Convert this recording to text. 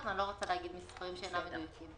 ואני לא רוצה להגיד מספרים שאינם מדויקים.